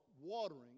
watering